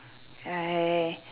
I